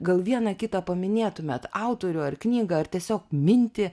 gal vieną kitą paminėtumėt autorių ar knygą ar tiesiog mintį